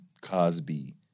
Cosby